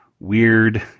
weird